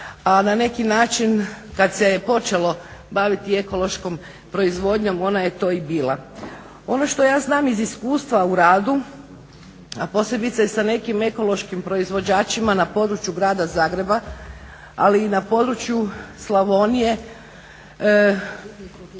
a na neki način kad se počelo baviti ekološkom proizvodnjom ona je to i bila. Ono što ja znam iz iskustva u radu a posebice sa nekim ekološkim proizvođačima na području grada Zagreba, ali i na području Slavonije